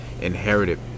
inherited